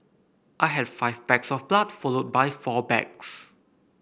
I had five bags of blood followed by four bags